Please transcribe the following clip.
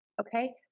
Okay